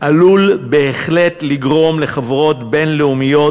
עלול בהחלט לגרום לחברות בין-לאומיות